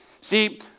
See